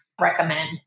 recommend